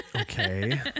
Okay